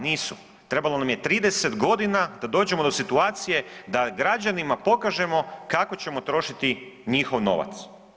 Nisu, trebalo nam je 30.g. da dođemo do situacije da građanima pokažemo kako ćemo trošiti njihov novac.